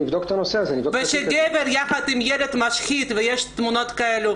נבדוק את --- וכשגבר יחד עם ילד משחית שלט של אישה ויש תמונות כאלה